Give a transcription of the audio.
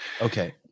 Okay